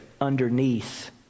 underneath